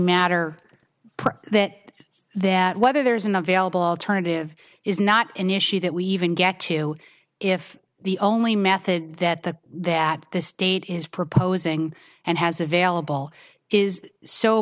matter that that whether there's enough vailable alternative is not an issue that we even get to if the only method that the that the state is proposing and has available is so